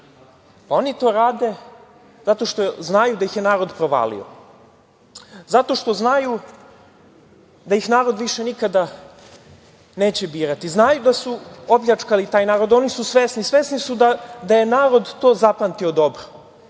oni to rade zato što znaju da ih je narod provalio. Zato što znaju da ih narod više nikada neće birati. Znaju da su opljačkali taj narod, oni su svesni, svesni su da je narod to zapamtio dobro